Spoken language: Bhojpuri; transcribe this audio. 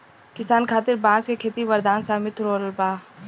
किसान खातिर बांस के खेती वरदान साबित हो रहल बा